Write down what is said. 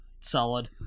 solid